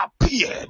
appeared